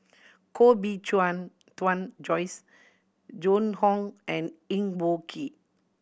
Koh Bee Tuan Joyce Joan Hon and Eng Boh Kee